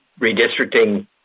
redistricting